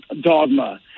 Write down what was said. Dogma